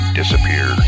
disappear